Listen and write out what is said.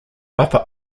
buffer